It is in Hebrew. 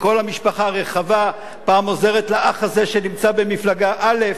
כל המשפחה הרחבה פעם עוזרת לאח הזה שנמצא במפלגה א',